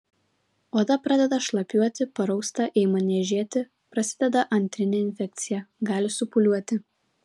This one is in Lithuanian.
oda pradeda šlapiuoti parausta ima niežėti prasideda antrinė infekcija gali supūliuoti